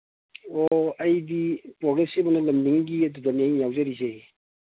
ꯑꯣ ꯑꯩꯗꯤ ꯄ꯭ꯔꯣꯒꯦꯁꯤꯞꯑꯅ ꯂꯝꯗꯤꯡꯒꯤ ꯑꯗꯨꯗꯅꯦ ꯑꯩ ꯌꯥꯎꯖꯔꯤꯁꯦ